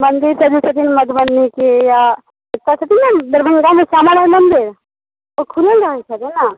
मन्दिर सबजे छथिन मधुबनीके आ ओत्तऽ छथिन ने दरभङ्गामे श्यामा माइ मन्दिर ओ खुलल रहै छथिन ने